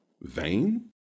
vain